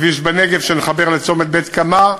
כביש בנגב שמחבר לצומת בית-קמה.